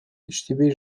иштебей